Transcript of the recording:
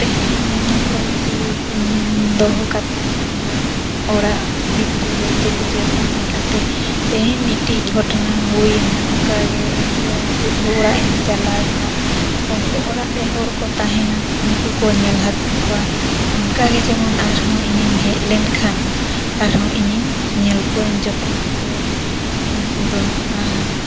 ᱛᱮᱦᱮᱧ ᱡᱮᱢᱚᱱ ᱯᱚᱞᱴᱨᱤ ᱫᱚᱦᱚ ᱠᱟᱛᱮ ᱤᱭᱟᱹ ᱚᱲᱟᱜ ᱵᱷᱤᱛᱨᱤ ᱨᱮ ᱡᱟᱹᱞᱤ ᱨᱮ ᱛᱟᱦᱮᱸ ᱠᱟᱛᱮ ᱛᱮᱦᱮᱧ ᱢᱤᱫᱴᱟᱝ ᱜᱷᱚᱴᱚᱱᱟ ᱦᱩᱭᱮᱱᱟ ᱚᱱᱠᱟ ᱜᱮ ᱤᱧ ᱯᱮᱲᱟ ᱯᱩᱨᱵᱚ ᱚᱲᱟᱜ ᱤᱧ ᱪᱟᱞᱟᱣ ᱮᱱᱟ ᱚᱲᱟᱜ ᱨᱮ ᱦᱚᱲ ᱠᱚ ᱛᱟᱦᱮᱱᱟ ᱩᱱᱠᱩ ᱠᱚ ᱧᱮᱞ ᱦᱟᱛᱟᱲ ᱠᱚᱣᱟ ᱚᱱᱠᱟ ᱜᱮ ᱡᱮᱢᱚᱱ ᱟᱨᱦᱚᱸ ᱤᱧᱤᱧ ᱦᱮᱡ ᱞᱮᱱ ᱠᱷᱟᱱ ᱟᱨᱦᱚᱸ ᱤᱧᱤᱧ ᱧᱮᱞ ᱠᱚᱣᱟᱧ ᱡᱚᱛᱱᱚ ᱠᱚᱣᱟᱧ ᱩᱱᱠᱩ ᱫᱚ ᱟᱨ